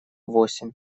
восемь